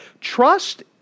Trust